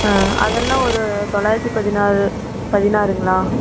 அதெல்லாம் ஒரு தொளாயிரத்து பதினாறு பதினாறுங்களா